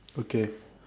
okay